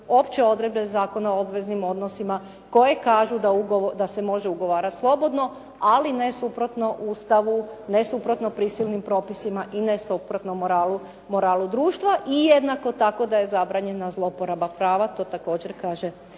opće odredbe Zakona o obveznim odnosima koje kažu da se može ugovarati slobodno, ali ne suprotno Ustavu, ne suprotno prisilnim propisima i ne suprotno moralu društva. I jednako tako da je zabranjena zloporaba prava, to također kaže